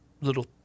little